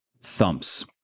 thumps